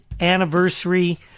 anniversary